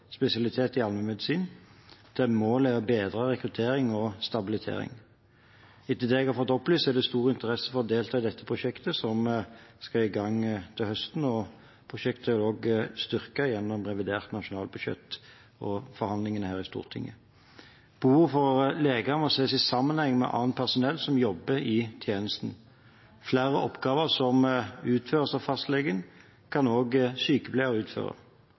spesialitet i allmennmedisin, der målet er å bedre rekruttering og stabilitet. Etter det jeg har fått opplyst, er det stor interesse for å delta i dette prosjektet, som skal i gang til høsten. Prosjektet er vel også blitt styrket gjennom revidert nasjonalbudsjett og forhandlingene her i Stortinget. Behovet for leger må ses i sammenheng med annet personell som jobber i tjenesten. Flere oppgaver som utføres av fastleger, kan også sykepleiere utføre.